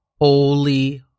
Holy